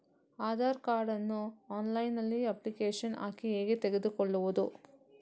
Aadhaar card ನ್ನು online application ಹಾಕಿ ಹೇಗೆ ತೆಗೆದುಕೊಳ್ಳುವುದು?